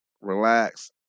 relax